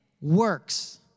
works